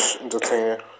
entertaining